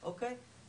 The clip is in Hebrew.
אוקיי?